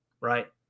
right